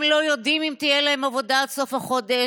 הם לא יודעים אם תהיה להם עבודה עד סוף החודש.